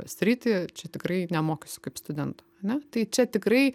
sritį čia tikrai nemokysiu kaip studento ar ne tai čia tikrai